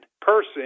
person